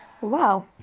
Wow